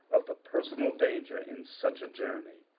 of the personal danger in such a journey.